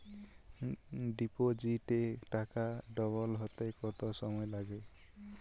ডিপোজিটে টাকা ডবল হতে কত সময় লাগে?